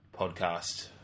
podcast